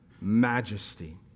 majesty